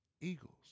Eagles